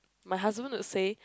my husband would say